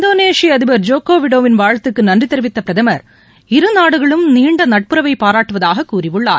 இந்தோனேஷிய அதிபர் ஜோக்கோ விடிடோவின் வாழ்த்துக்கு நன்றி தெரிவித்த பிரதமர் இருநாடுகளும் நீண்ட நட்புறவை பாராட்டுவதாகவும் கூறியுள்ளார்